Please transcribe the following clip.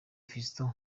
fiston